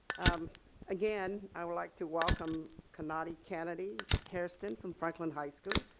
um again i would like to welcome kennadi kennadi hairston from franklin high school.